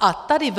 A tady